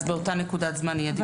אז באותה נקודת זמן יהיה דיווח.